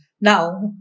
now